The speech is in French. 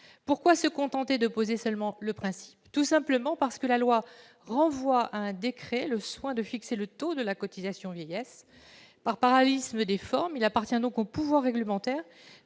Pourquoi se contenter de poser un principe ? Tout simplement parce que la loi renvoie à un décret le soin de fixer le taux de la cotisation vieillesse. Par parallélisme des formes, il appartient donc au pouvoir réglementaire